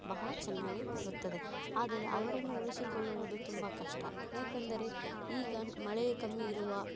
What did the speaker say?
ಬಹಳ ಚೆನ್ನಾಗಿ ಇರುತ್ತದೆ ಆದರೆ ಅವರನ್ನು ಉಳಿಸಿಕೊಳ್ಳುವುದು ತುಂಬ ಕಷ್ಟ ಏಕೆಂದರೆ ಈಗ ಮಳೆ ಕಮ್ಮಿ ಇರುವ